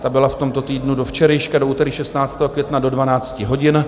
Ta byla v tomto týdnu do včerejška, do úterý 16. května, do 12 hodin.